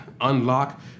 unlock